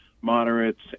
moderates